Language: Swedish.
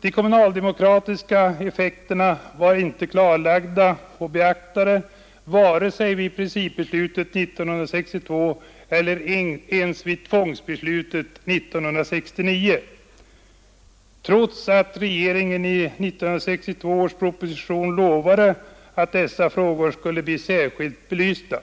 De kommunaldemokratiska effekterna var inte klarlagda och beaktade vare sig vid principbeslutet 1962 eller ens vid tvångsbeslutet 1969 — trots att regeringen i 1961 års proposition lovade att dessa frågor skulle bli särskilt belysta.